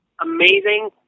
amazing